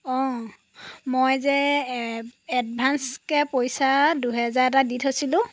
অঁ মই যে এডভাঞ্চকৈ পইচা দুহেজাৰ এটা দি থৈছিলোঁ